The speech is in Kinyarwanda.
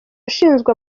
ushinzwe